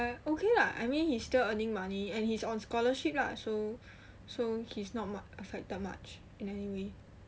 uh ok lah I mean he's still earning money and he's on scholarship lah so so he's not much affected much in any way